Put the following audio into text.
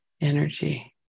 energy